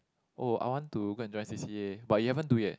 oh I want to go and join C_C_A but you haven't do yet